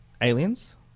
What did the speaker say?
Aliens